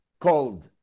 called